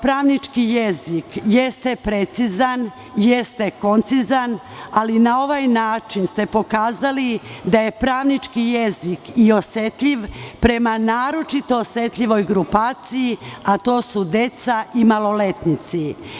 Pravnički jezik jeste precizan, jeste koncizan, ali na ovaj način ste pokazali da je pravnički jezik i osetljiv prema naročito osetljivoj grupaciji, a to su deca i maloletnici.